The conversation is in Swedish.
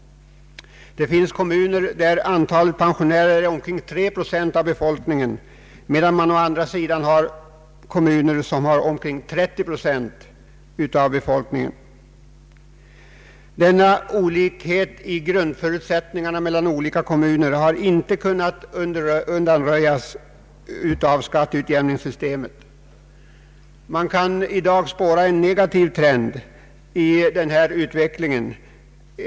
Det finns kommuner där antalet pensionärer utgör omkring 3 procent, medan antalet i andra kommuner uppgår till 30 procent. Denna olikhet i grundförutsättningarna mellan «olika kommuner har inte kunnat undanröjas av skatteutjämningssystemet. Man kan i dag spåra en negativ trend i den här utvecklingen.